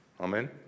Amen